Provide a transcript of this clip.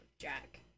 Jack